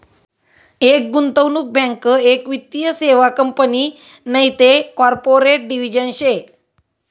एक गुंतवणूक बँक एक वित्तीय सेवा कंपनी नैते कॉर्पोरेट डिव्हिजन शे